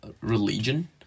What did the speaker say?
Religion